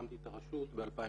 הקמתי את הרשות ב-2013.